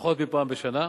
פחות מפעם בשנה,